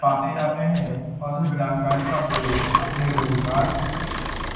पाते जाते हैं और उस जानकारी का प्रयोग अपने रोज़गार को